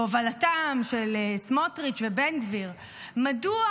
בהובלתם של סמוטריץ' ובן גביר, מדוע